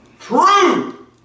true